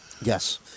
Yes